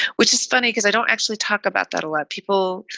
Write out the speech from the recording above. which is funny because i don't actually talk about that. a lot of people.